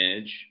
edge